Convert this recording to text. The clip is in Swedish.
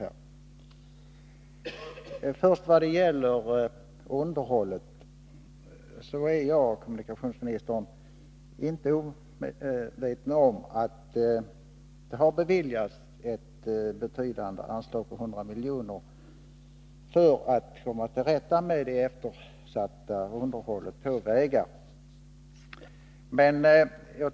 Vad först gäller underhållet är jag, herr kommunikationsminister, inte omedveten om att det har beviljats ett betydande anslag, på 100 milj.kr., för att man skall komma till rätta med det eftersatta underhållet av vägarna.